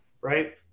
right